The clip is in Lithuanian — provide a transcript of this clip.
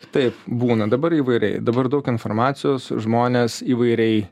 taip būna dabar įvairiai dabar daug informacijos žmonės įvairiai